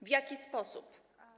W jaki sposób?